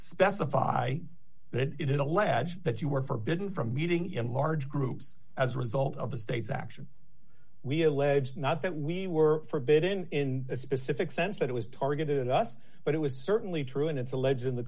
specify that it is alleged that you were forbidden from meeting in large groups as a result of the state's action we alleged not that we were forbidden in a specific sense that it was targeted at us but it was certainly true and it's alleged